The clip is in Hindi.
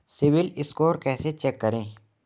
सिबिल स्कोर कैसे चेक करें?